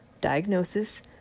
diagnosis